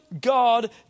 God